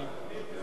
פנים.